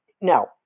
now